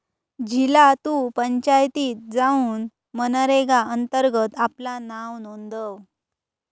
झिला तु पंचायतीत जाउन मनरेगा अंतर्गत आपला नाव नोंदव